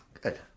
Good